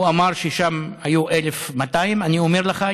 הוא אמר ששם היו 1,200. אני אומר לך,